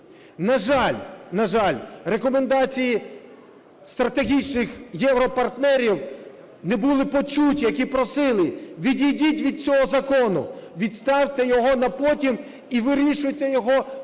на жаль, рекомендації стратегічних європартнерів не були почуті, які просили: відійдіть від цього закону, відставте його на потім і вирішуйте його в